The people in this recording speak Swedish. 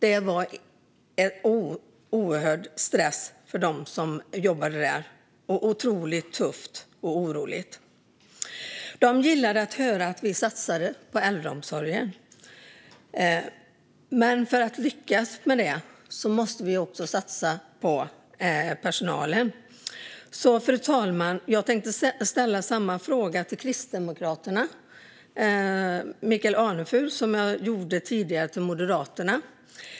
Det var en oerhörd stress för dem som jobbade där och otroligt tufft och oroligt. De gillade att höra att vi satsade på äldreomsorgen, men för att lyckas med det måste vi också satsa på personalen. Fru talman! Jag tänkte därför ställa samma fråga till Kristdemokraternas Michael Anefur som jag gjorde till Moderaterna.